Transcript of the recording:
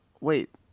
Wait